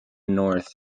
north